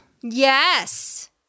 yes